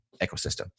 ecosystem